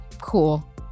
cool